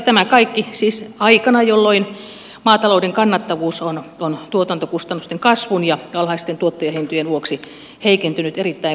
tämä kaikki siis aikana jolloin maatalouden kannattavuus on tuotantokustannusten kasvun ja alhaisten tuottajahintojen vuoksi heikentynyt erittäin voimakkaasti